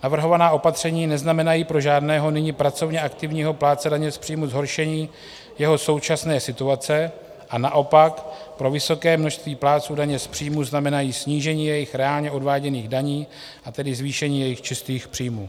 Navrhovaná opatření neznamenají pro žádného nyní pracovně aktivního plátce daně z příjmů zhoršení jeho současné situace a naopak pro vysoké množství plátců daně z příjmů znamenají snížení jejich reálně odváděných daní, a tedy zvýšení jejich čistých příjmů.